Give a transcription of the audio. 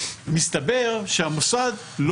מסתבר שהמוסד,